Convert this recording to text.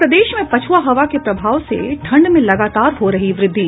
और प्रदेश में पछुआ हवा के प्रभाव से ठंड में लगातार हो रही है वृद्धि